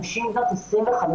נשים בנות 44-25,